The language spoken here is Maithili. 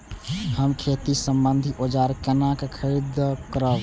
हम खेती सम्बन्धी औजार केना खरीद करब?